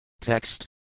Text